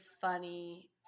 funny